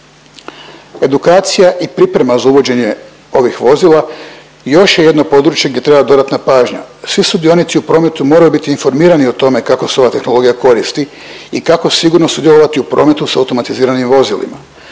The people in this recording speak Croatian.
Edukacija i priprema za uvođenje ovih vozila još je jedno područje gdje treba dodatna pažnja, svi sudionici u prometu moraju biti informirani o tome kako se ova tehnologija koristi i kako sigurno sudjelovati u prometu sa automatiziranim vozilima.